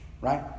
right